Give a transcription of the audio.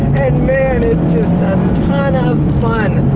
and man it's just a ton of fun!